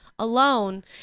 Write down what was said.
Alone